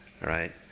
right